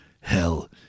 hell